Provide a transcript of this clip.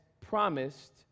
promised